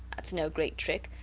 thats no great trick.